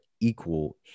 equal